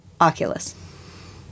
Oculus